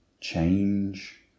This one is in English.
change